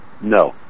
No